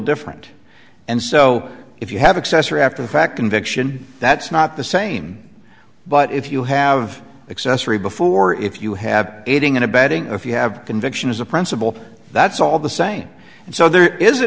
different and so if you have accessory after the fact conviction that's not the same but if you have accessory before if you have aiding and abetting or if you have conviction is a principle that's all the same and so there is a